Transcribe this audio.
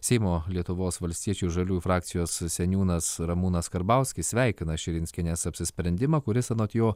seimo lietuvos valstiečių ir žaliųjų frakcijos seniūnas ramūnas karbauskis sveikina širinskienės apsisprendimą kuris anot jo